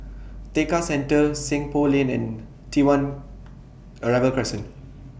Tekka Centre Seng Poh Lane and T one Arrival Crescent